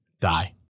die